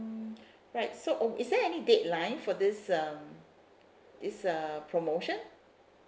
right so um is there any deadline for this this uh promotion